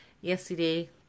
yesterday